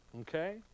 Okay